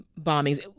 bombings